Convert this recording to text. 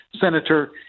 senator